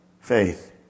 faith